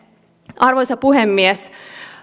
arvoisa puhemies